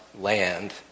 land